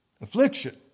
affliction